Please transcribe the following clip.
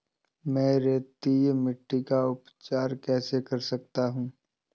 मैं रेतीली मिट्टी का उपचार कैसे कर सकता हूँ?